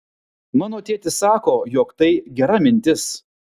mano tėtis sako jog tai gera mintis